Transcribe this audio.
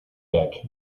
gag